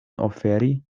oferi